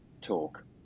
talk